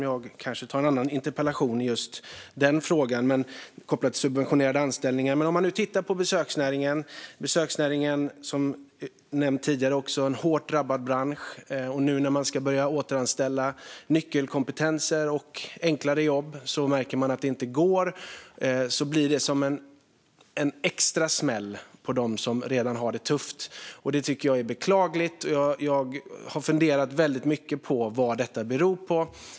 Jag kanske tar upp den i en annan interpellation. Besöksnäringen är som nämnts tidigare en hårt drabbad bransch. Nu när man ska börja återanställa - det gäller både nyckelkompetenser och enklare jobb - märker man att det inte går. Då blir det en extra smäll mot dem som redan har det tufft, och det tycker jag är beklagligt. Jag har funderat väldigt mycket på vad detta beror på.